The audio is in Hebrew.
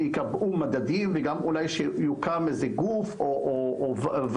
שייקבעו מדדים וגם שאולי יוקמו איזה גוף או ועדה